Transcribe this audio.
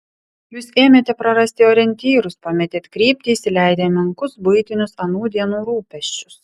jūs ėmėte prarasti orientyrus pametėt kryptį įsileidę į menkus buitinius anų dienų rūpesčius